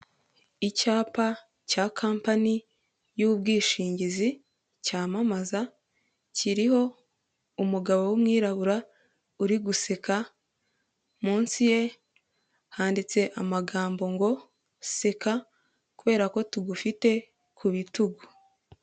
Icyapa cya kampani y'ubwishingizi, cyamamaza, kiriho umugabo w'umwirabura, uri guseka, munsi ye handitse amagambo ngo " Seka kubera ko tugufite ku bitugu".